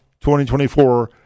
2024